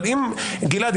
אבל גלעד,